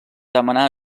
demanar